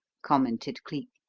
commented cleek.